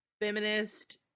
feminist